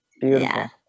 Beautiful